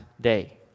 day